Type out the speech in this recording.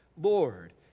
Lord